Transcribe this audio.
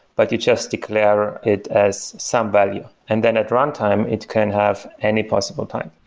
but you just declare it as some value. and then at runtime, it can have any possible time.